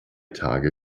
tage